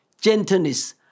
gentleness